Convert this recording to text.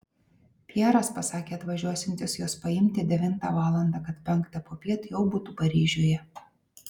pjeras pasakė atvažiuosiantis jos paimti devintą valandą kad penktą popiet jau būtų paryžiuje